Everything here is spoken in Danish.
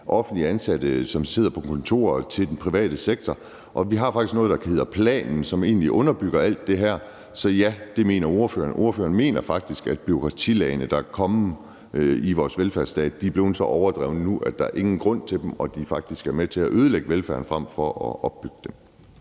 offentligt ansatte, som sidder på kontorer, til den private sektor. Og vi har faktisk noget, der hedder »Planen«, som underbygger alt det her. Så ja, det mener ordføreren. Ordføreren mener faktisk, at de bureaukratiske lag, der er kommet i vores velfærdsstat, er blevet så overdrevne nu, at der ikke er nogen grund til at have dem, og at de faktisk er med til at ødelægge velfærden frem for at opbygge den.